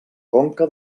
conca